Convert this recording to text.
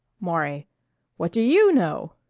maury what do you know?